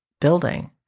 building